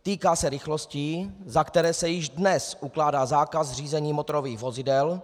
Týká se rychlostí, za které se již dnes ukládá zákaz řízení motorových vozidel.